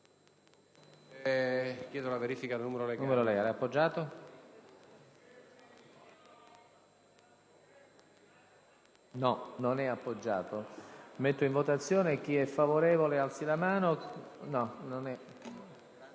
Chiediamo la verifica del numero legale.